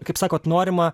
kaip sakot norima